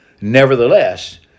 Nevertheless